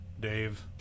Dave